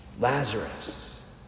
Lazarus